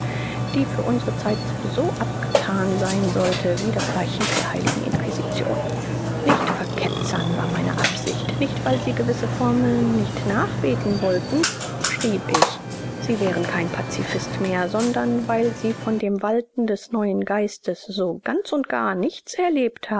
die für unsere zeit so abgetan sein sollte wie das archiv der heiligen inquisition nicht verketzern war meine absicht nicht weil sie gewisse formeln nicht nachbeten wollten schrieb ich sie wären kein pazifist mehr sondern weil sie von dem walten des neuen geistes so ganz und gar nichts erlebt